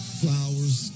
flowers